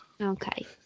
Okay